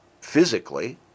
physically